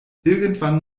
irgendwann